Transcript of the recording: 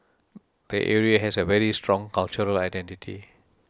the area has a very strong cultural identity